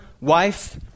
wife